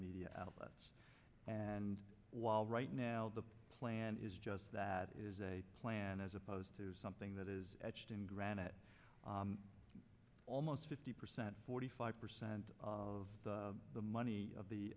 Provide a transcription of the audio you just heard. media and while right now the plan is just that is a plan as opposed to something that is etched in granite almost fifty percent forty five percent of the money of the